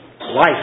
life